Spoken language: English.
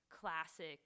classic